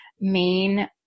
main